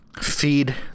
feed